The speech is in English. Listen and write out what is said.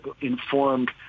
informed